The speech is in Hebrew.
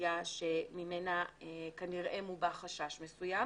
הסוגיה שממנה כנראה מובע חשש מסוים